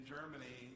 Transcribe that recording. Germany